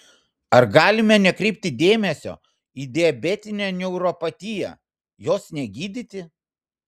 ar galime nekreipti dėmesio į diabetinę neuropatiją jos negydyti